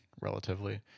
relatively